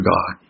God